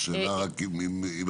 השאלה היא בהחרגות.